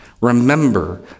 remember